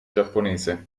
giapponese